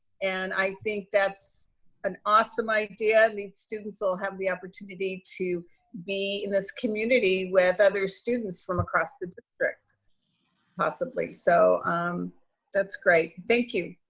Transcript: and i think that's an awesome idea and students will have the opportunity to be in this community with other students from across the district possibly, so that's great. thank you.